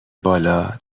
بالا